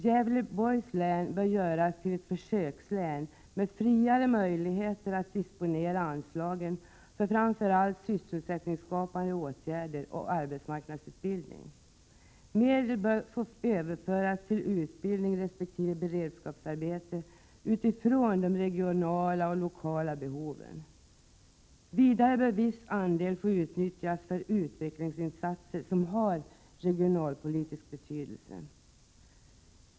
Gävleborgs län bör göras till ett försökslän med friare möjligheter att disponera anslagen för framför allt sysselsättningsskapande åtgärder och arbetsmarknadsutbildning. Medel bör få överföras till utbildning resp. beredskapsarbete med utgångspunkt i de regionala och lokala behoven. Vidare bör en viss andel få utnyttjas för utvecklingsinsatser som har regionalpolitisk betydelse.